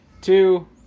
two